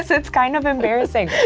it's it's kind of embarrassing.